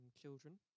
children